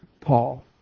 Paul